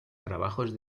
trabajos